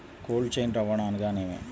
Cold chain రవాణా అనగా నేమి?